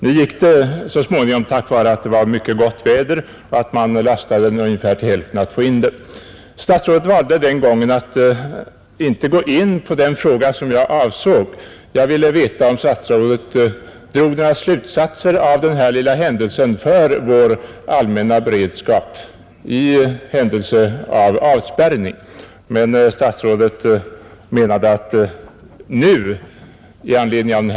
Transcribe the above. Det lyckades emellertid så småningom tack vare att vädret var gott och att fartyget endast lastades till ungefär hälften. Jag ville genom min enkla fråga veta om statsrådet drog några slutsatser av den här lilla händelsen för vår allmänna beredskap i händelse av avspärrning. Statsrådet valde den gången att inte gå in på den fråga jag avsåg.